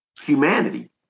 humanity